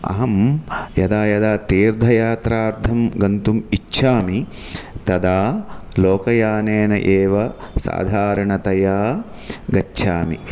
अहं यदा यदा तीर्थयात्रार्थं गन्तुम् इच्छामि तदा लोकयानेन एव साधारणतया गच्छामि